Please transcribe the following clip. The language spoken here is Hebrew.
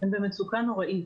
במצוקה נוראית.